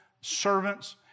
servants